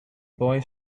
boy